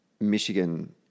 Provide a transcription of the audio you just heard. Michigan